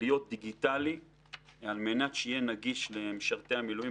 להיות דיגיטלי על מנת שיהיה נגיש למשרתי המילואים